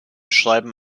schreiben